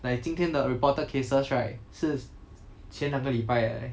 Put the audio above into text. like 今天的 reported cases right 是前两个礼拜的 leh